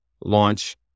launch